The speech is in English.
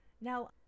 Now